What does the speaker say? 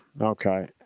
okay